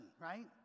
right